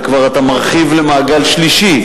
אתה כבר מרחיב למעגל שלישי.